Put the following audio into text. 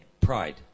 pride